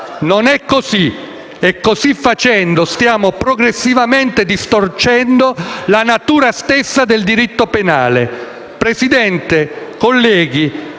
Non è così e, così facendo, stiamo progressivamente distorcendo la natura stessa del diritto penale. Signora Presidente, colleghi,